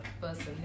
person